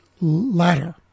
ladder